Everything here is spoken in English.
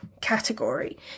category